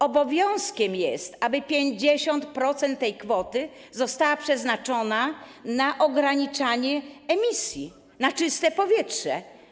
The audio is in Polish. Obowiązkiem jest, aby 50% tej kwoty zostało przeznaczone na ograniczanie emisji, na czyste powietrze.